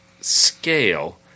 scale